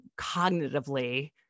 cognitively